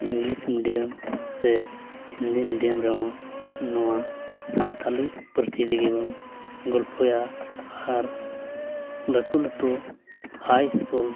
ᱥᱮ ᱦᱤᱱᱫᱤ ᱨᱮᱦᱚᱸ ᱱᱚᱣᱟ ᱥᱟᱱᱛᱟᱲᱤ ᱯᱟᱹᱨᱥᱤ ᱛᱮᱜᱮ ᱵᱚᱱ ᱜᱚᱞᱯᱷᱚᱭᱟ ᱟᱨ ᱞᱟᱹᱴᱩᱼᱞᱟᱹᱴᱩ